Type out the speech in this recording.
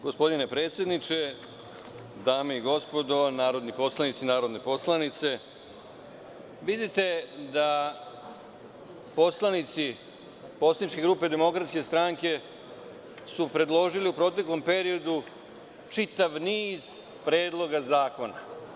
Gospodine predsedniče, dame i gospodo narodni poslanici, narodne poslanice, vidite da su poslanici poslaničke grupe Demokratske stranke u proteklom periodu predložili čitav niz predloga zakona.